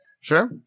Sure